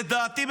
לדעתי,